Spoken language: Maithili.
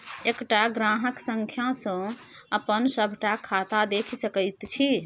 एकटा ग्राहक संख्या सँ अपन सभटा खाता देखि सकैत छी